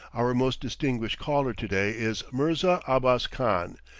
our most distinguished caller to-day is mirza abbas khan,